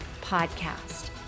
podcast